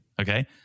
Okay